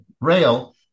rail